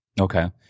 Okay